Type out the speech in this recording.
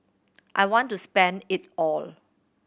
I want to spend it all